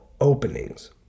openings